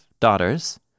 daughters